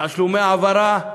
תשלומי העברה,